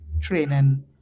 training